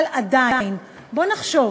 אבל עדיין, בוא נחשוב